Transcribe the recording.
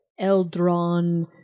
Eldron